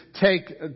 take